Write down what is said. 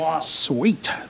sweet